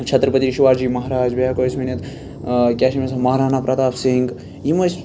چھترپتی شِواجی مہاراج بیٚیہِ ہٮ۪کو أسۍ ؤنِتھ کیٛاہ چھِ وان مہارانا پرٛتاپ سِنٛگ یِم ٲسۍ